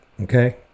okay